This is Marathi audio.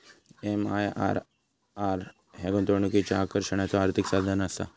एम.आय.आर.आर ह्या गुंतवणुकीच्या आकर्षणाचा आर्थिक साधनआसा